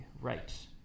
right